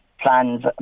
plans